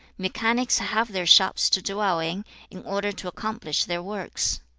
mechanics have their shops to dwell in, in order to accomplish their works.